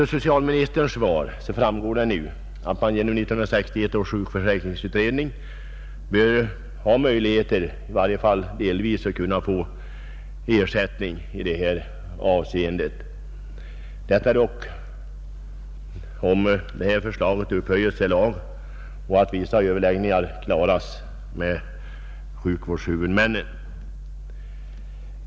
Av socialministerns svar framgår att 1961 års sjukförsäkringsutredning nu har föreslagit att ersättning skall kunna utgå för viss s.k. sjukvårdande behandling — om förslaget upphöjs till lag, och förutsatt att överenskommelse kan träffas med sjukvårdens huvudmän.